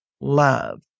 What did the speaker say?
love